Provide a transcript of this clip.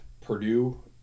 Purdue